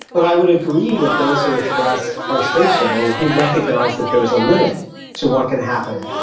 but i would agree with those who express frustration or who recognise that there is a limit to what can happen.